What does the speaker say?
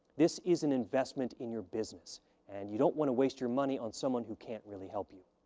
this is an investment in your business and you don't want to waste your money on someone who can't really help you.